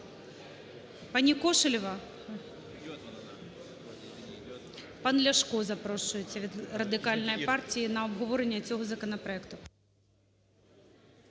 Будь ласка. Пан Ляшко запрошується від Радикальної партії на обговорення цього законопроекту.